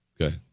Okay